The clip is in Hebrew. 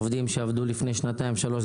אלה עובדים שעבדו לפני שנתיים, שלוש.